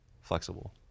Flexible